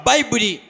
Bible